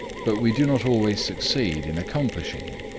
but we do not always succeed in accomplishing it,